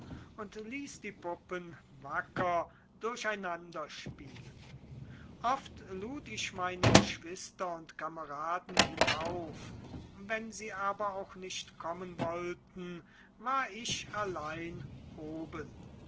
und ließ die puppen wacker durcheinander spielen oft lud ich meine geschwister und kameraden hinauf wenn sie aber auch nicht kommen wollten war ich allein oben